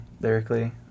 lyrically